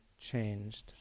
changed